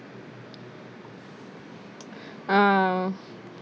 um